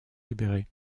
libérés